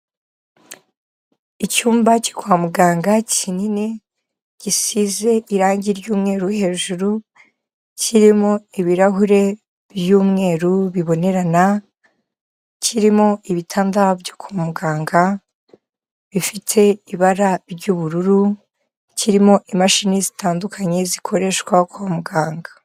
Icyumba cyo kwa muganga kinini, gisize irangi ry'umweru hejuru, kirimo ibirahure by'umweru bibonerana, kirimo ibitanda byo kwa muganga, bifite ibara ry'ubururu, kirimo imashini zitandukanye zikoreshwa kwa muganga.